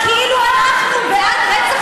ואתם באים להשוות,